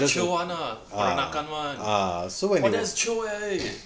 quite chill [one] ah the peranakan [one] eh that's chill eh eh